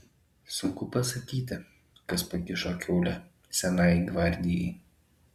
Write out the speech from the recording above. sunku pasakyti kas pakišo kiaulę senajai gvardijai